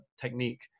technique